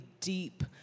deep